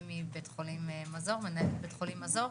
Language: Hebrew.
שהיא מבי"ח "מזור", מנהלת בי"ח "מזור",